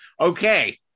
Okay